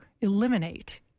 eliminate